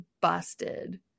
busted